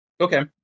Okay